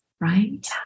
Right